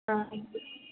ஆ okay